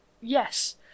Yes